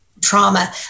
trauma